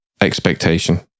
expectation